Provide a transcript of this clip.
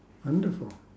wonderful